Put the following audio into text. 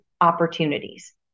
opportunities